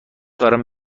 دارم